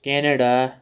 Canada